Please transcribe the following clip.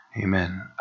Amen